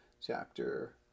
chapter